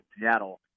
Seattle